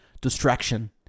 Distraction